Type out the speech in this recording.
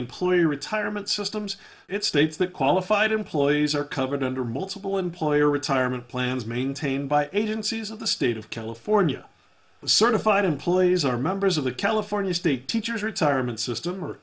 employee retirement systems it states that qualified employees are covered under multiple employer retirement plans maintained by agencies of the state of california certified employees or members of the california state teachers retirement system or